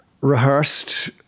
rehearsed